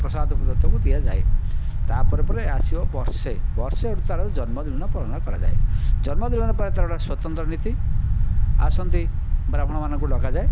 ପ୍ରସାଦ ତାକୁ ଦିଆଯାଏ ତା'ପରେ ପରେ ଆସିବ ବର୍ଷେ ବର୍ଷେ ସେଇଠୁ ତା'ର ଜନ୍ମଦିନ ପାଳନ କରାଯାଏ ଜନ୍ମଦିନରେ ପାଳନ ତା'ର ଗୋଟିଏ ସ୍ଵତନ୍ତ୍ର ନୀତି ଆସନ୍ତି ବ୍ରାହ୍ମଣମାନଙ୍କୁ ଡକାଯାଏ